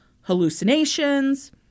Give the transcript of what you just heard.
hallucinations